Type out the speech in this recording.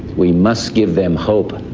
we must give them hope.